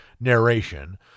narration